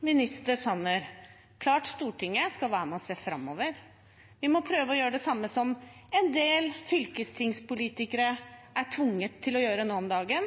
statsråd Sanner, det er klart at Stortinget skal være med og se framover. Vi må prøve å gjøre det samme som en del fylkestingspolitikere er tvunget til å gjøre nå om dagen.